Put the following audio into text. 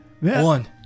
One